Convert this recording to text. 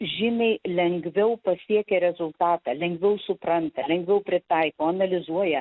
žymiai lengviau pasiekia rezultatą lengviau supranta lengviau pritaiko analizuoja